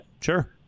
Sure